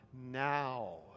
now